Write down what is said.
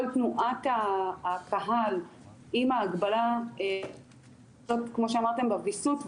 כל תנועת הקהל עם ההגבלה כמו שאמרתם בוויסות,